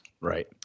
right